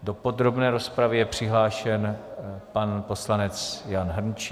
Do podrobné rozpravy je přihlášen pan poslanec Jan Hrnčíř.